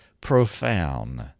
profound